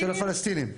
של הפלסטינים.